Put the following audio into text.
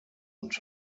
und